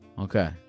Okay